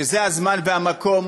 וזה הזמן והמקום